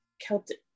Celtic